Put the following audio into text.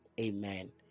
amen